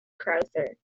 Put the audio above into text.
crowther